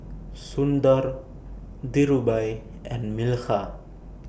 Sundar Dhirubhai and Milkha